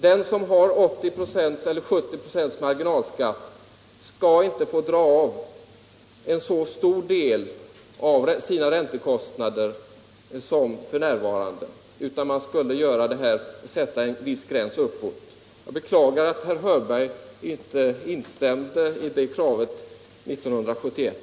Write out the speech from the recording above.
Den som har 70 eller 80 96 marginalskatt skulle inte få dra av en så stor del av sina räntekostnader som f. n., utan man skulle sätta en viss gräns uppåt. Jag beklagar att herr Hörberg inte instämde i det kravet 1971.